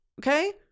okay